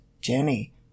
Jenny